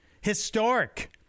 Historic